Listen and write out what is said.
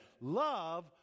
Love